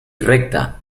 recta